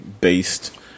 based